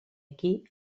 aquí